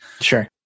Sure